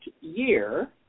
year